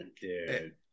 Dude